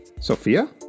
Sophia